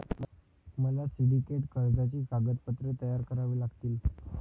मला सिंडिकेट कर्जाची कागदपत्रे तयार करावी लागतील